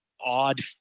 odd